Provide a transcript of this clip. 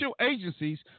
agencies